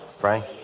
Frank